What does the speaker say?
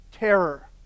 terror